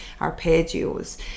arpeggios